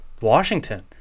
Washington